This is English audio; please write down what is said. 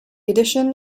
addition